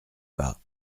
pas